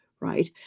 right